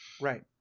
Right